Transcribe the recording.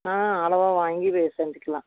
ஆ அளவாக வாங்கி வே செஞ்சிக்கலாம்